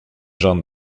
jean